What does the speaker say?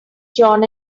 john